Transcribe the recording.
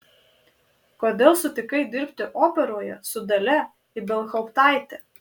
kodėl sutikai dirbti operoje su dalia ibelhauptaite